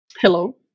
Hello